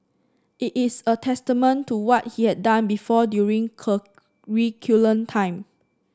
it is a testament to what he had done before during curriculum time